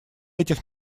этих